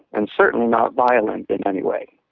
and certainly not violent in any way.